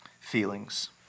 feelings